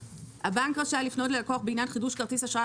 --- (ב)הבנק רשאי לפנות ללקוח בעניין חידוש כרטיס אשראי